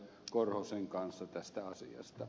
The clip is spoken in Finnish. korhosen kanssa tästä asiasta